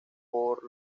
por